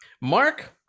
Mark